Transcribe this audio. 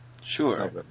Sure